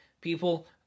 people